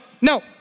no